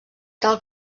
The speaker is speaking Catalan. tal